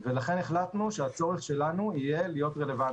ובתהליך שעשינו יש גם המלצות מאוד